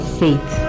faith